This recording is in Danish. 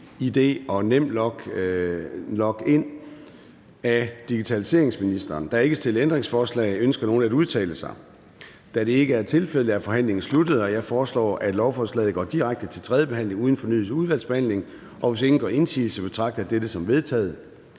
Formanden (Søren Gade): Der er ikke stillet ændringsforslag. Ønsker nogen at udtale sig? Da det ikke er tilfældet er forhandlingen sluttet. Jeg foreslår, at lovforslaget går direkte til tredje behandling uden fornyet udvalgsbehandling, og hvis ingen gør indsigelse, betragter jeg dette som vedtaget.